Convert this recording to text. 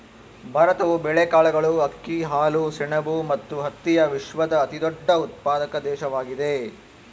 ಭಾರತವು ಬೇಳೆಕಾಳುಗಳು, ಅಕ್ಕಿ, ಹಾಲು, ಸೆಣಬು ಮತ್ತು ಹತ್ತಿಯ ವಿಶ್ವದ ಅತಿದೊಡ್ಡ ಉತ್ಪಾದಕ ದೇಶವಾಗಿದೆ